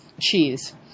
cheese